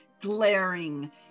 glaring